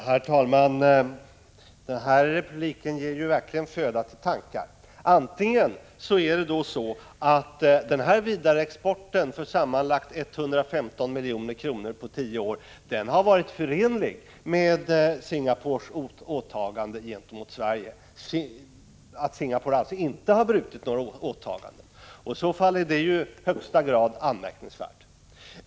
Herr talman! Det här inlägget ger verkligen upphov till tankar. Antingen har vidareexporten på sammanlagt 115 milj.kr. under tio år varit förenlig med Singapores åtagande gentemot Sverige, dvs. att Singapore inte har brutit sina åtaganden. I så fall är det i högsta grad anmärkningsvärt.